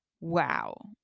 wow